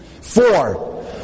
Four